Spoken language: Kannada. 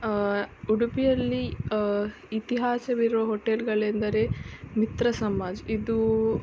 ಉಡುಪಿಯಲ್ಲಿ ಇತಿಹಾಸವಿರುವ ಹೊಟೆಲ್ಗಳೆಂದರೆ ಮಿತ್ರ ಸಮಾಜ ಇದೂ